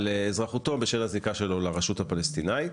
אזרחותו בשל הזיקה שלו לרשות הפלסטינית.